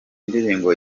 ndirimbo